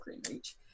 Greenreach